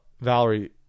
Valerie